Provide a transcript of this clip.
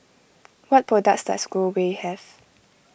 what products does Growell have